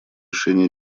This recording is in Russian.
решении